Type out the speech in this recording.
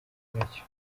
nyiracyo